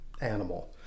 animal